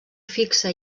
fixa